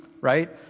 right